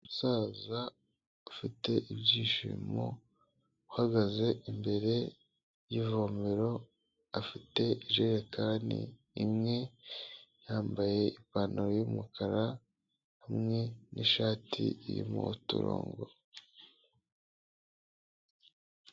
Umusaza ufite ibyishimo, uhagaze imbere y'ivomero, afite ijerekani imwe, yambaye ipantaro y'umukara hamwe n'ishati irimo uturongo.